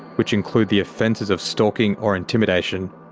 which include the offences of stalking or intimidation,